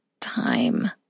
time